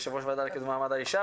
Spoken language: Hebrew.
בנבחרת הטכניון וגם רציתי להתמקצע,